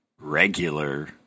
regular